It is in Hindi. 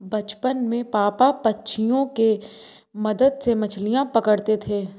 बचपन में पापा पंछियों के मदद से मछलियां पकड़ते थे